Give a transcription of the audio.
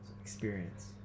Experience